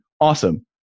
awesome